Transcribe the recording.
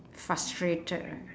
frustrated ah